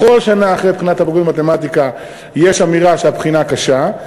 בכל שנה אחרי בחינת הבגרות במתמטיקה יש אמירה שהבחינה קשה,